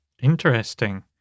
Interesting